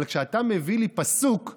אבל כשאתה מביא לי פסוק,